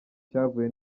cyavuye